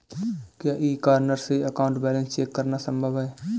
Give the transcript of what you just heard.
क्या e corner से account balance check करना संभव है?